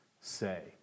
say